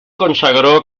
consagró